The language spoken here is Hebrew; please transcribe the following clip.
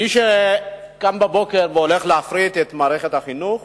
מי שקם בבוקר והולך להפריט את מערכת החינוך